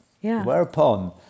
whereupon